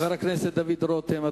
חבר הכנסת דוד רותם,